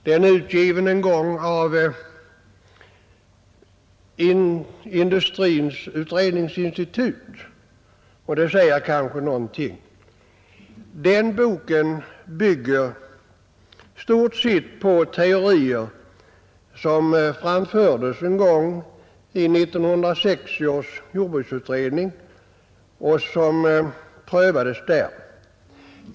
Den är utgiven av Industriens utredningsinstitut. Den boken bygger i stort sett på teorier som framfördes en gång i 1960 års jordbruksutredning och prövades där.